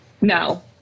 No